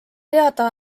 teada